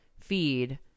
feed